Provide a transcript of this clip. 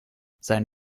sein